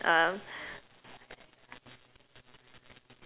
um